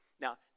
Now